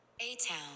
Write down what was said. A-Town